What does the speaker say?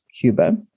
Cuba